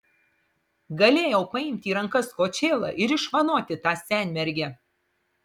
galėjau paimti į rankas kočėlą ir išvanoti tą senmergę